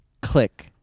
click